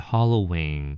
Halloween